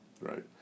right